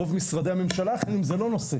ברוב משרדי הממשלה האחרים, זה לא נושא